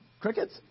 crickets